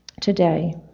today